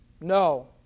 No